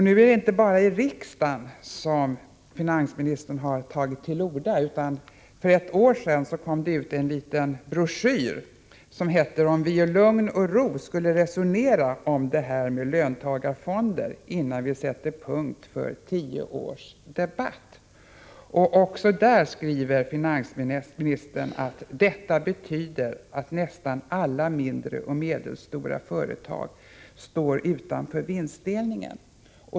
Det är inte bara i riksdagen som finansministern har tagit till orda — för ett år sedan kom det ut en liten broschyr kallad: ”Om vi i lugn och ro skulle resonera om det här med löntagarfonderna innan vi sätter punkt för tio års debatt.” Också där skriver finansministern att ”detta betyder att nästan alla mindre och medelstora företag står utanför vinstdelningen”.